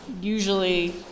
usually